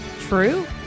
True